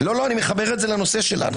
אני מחבר לנושא שלנו